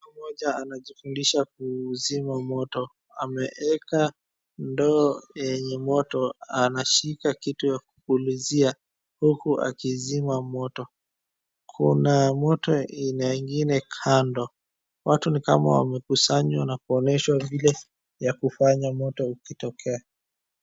Mtu mmoja anajifundisha kuzima moto. Ameweka ndoo yenye moto anashika kitu ya kupulizia huku akizima moto. Kuna moto ya aina ingine kando watu ni kama wamekusanywa na kuonyeshwa vile ya kufanya moto ukitokea.